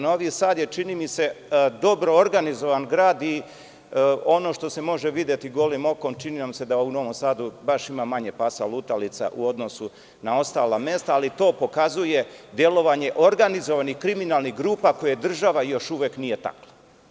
Novi Sad je, čini mi se, dobro organizovan grad i ono što se može videti golim okom, čini vam se da u Novom Sadu baš ima manje pasa lutalica u odnosu na ostala mesta, ali to pokazuje delovanje organizovanih kriminalnih grupa koje država još uvek nije takla.